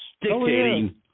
Dictating